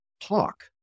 talk